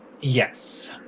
yes